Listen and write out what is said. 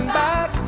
back